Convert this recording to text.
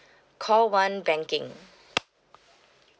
call one banking